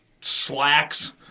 slacks